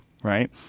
Right